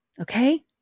Okay